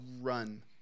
run